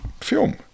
film